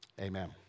Amen